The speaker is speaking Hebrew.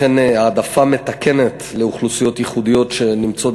לכן העדפה מתקנת לאוכלוסיות ייחודיות שנמצאות